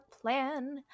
plan